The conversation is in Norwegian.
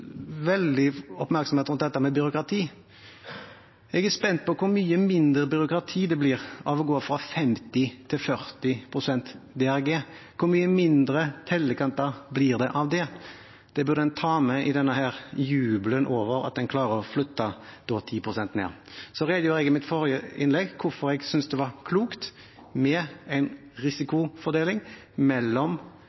veldig stor oppmerksomhet rundt dette med byråkrati. Jeg er spent på hvor mye mindre byråkrati det blir av å gå fra 50 pst. til 40 pst. DRG. Hvor mange færre tellekanter blir det av det? Det burde en ta med i jubelen over at en klarer å flytte det 10 pst. ned. Jeg redegjorde i mitt forrige innlegg for hvorfor jeg syntes det var klokt med en